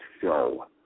show